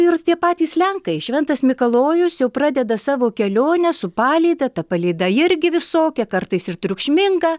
ir tie patys lenkai šventas mikalojus jau pradeda savo kelionę su palyda ta palyda irgi visokia kartais ir triukšminga